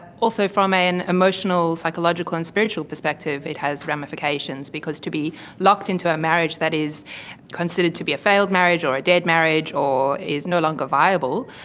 also from an emotional, psychological and spiritual perspective it has ramifications because to be locked into a marriage that is considered to be a failed marriage or a dead marriage or is no longer viable,